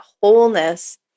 wholeness